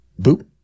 boop